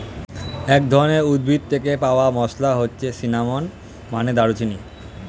এক ধরনের উদ্ভিদ থেকে পাওয়া মসলা হচ্ছে সিনামন, মানে দারুচিনি